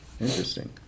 interesting